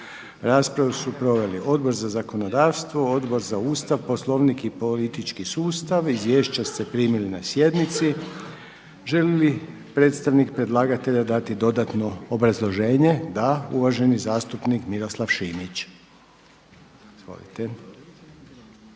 Raspravu su proveli Odbor za zakonodavstvo, Odbor za Ustav, Poslovnik i politički sustav. Izvješća ste primili na sjednici. Želi li predstavnik predlagatelja dati dodatno obrazloženje? Da. Uvaženi zastupnik Miroslav Šimić. Izvolite.